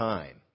Time